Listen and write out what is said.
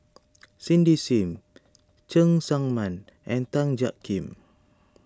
Cindy Sim Cheng Tsang Man and Tan Jiak Kim